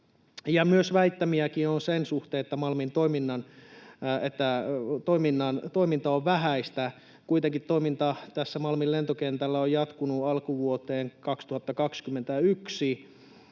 Väittämiä on myös sen suhteen, että Malmin toiminta on vähäistä. Kuitenkin toiminta tässä Malmin lentokentällä on jatkunut alkuvuoteen 2021